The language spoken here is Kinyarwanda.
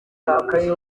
n’abagize